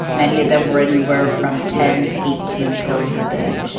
many of them were anywhere from ten to eighteen pills a day.